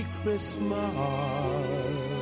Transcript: Christmas